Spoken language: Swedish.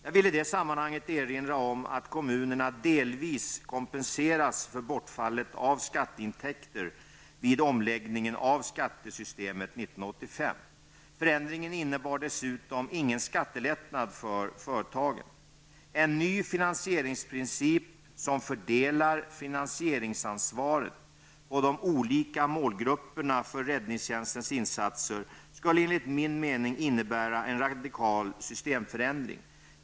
Jag vill i det sammanhanget erinra om att kommunera delvis kompenseras för bortfallet av skatteintäkter vid omläggningen av skattesystemet 1985. Förändringen innebar dessutom ingen skattelättnad för företagen. En ny finansieringsprincip som fördelar finansieringsansvaret på de olika målgrupperna för räddningstjänstens insatser skulle enligt min mening innebära en radikal systemförändring.